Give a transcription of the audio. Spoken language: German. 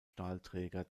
stahlträger